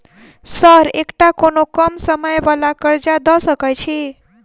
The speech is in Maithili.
सर एकटा कोनो कम समय वला कर्जा दऽ सकै छी?